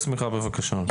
בבקשה.